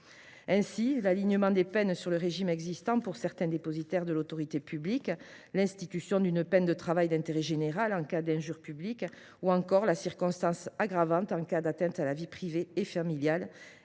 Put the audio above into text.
Ainsi, l’alignement des peines sur le régime applicable à certains dépositaires de l’autorité publique, l’institution d’une peine de travail d’intérêt général (TIG) en cas d’injure publique ou encore la circonstance aggravante en cas d’atteinte à la vie privée et familiale,